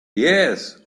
yes